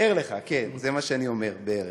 כן, זה מה שאני אומר בערך.